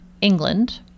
England